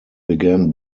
began